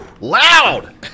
loud